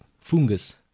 fungus